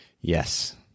Yes